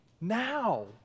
now